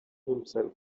himself